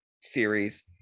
series